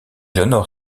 honore